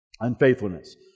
Unfaithfulness